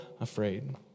afraid